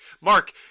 Mark